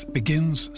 begins